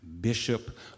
bishop